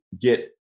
get